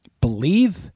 Believe